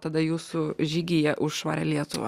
tada jūsų žygyje už švarią lietuvą